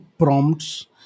Prompts